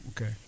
Okay